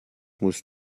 musst